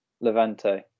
Levante